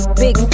big